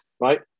right